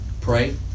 pray